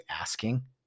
asking